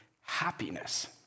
happiness